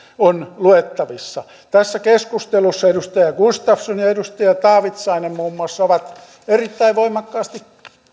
on luettavissa tässä keskustelussa edustaja gustafsson ja edustaja taavitsainen muun muassa ovat erittäin voimakkaasti